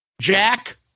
Jack